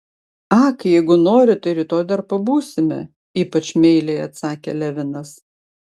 ak jeigu nori tai rytoj dar pabūsime ypač meiliai atsakė levinas